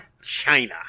China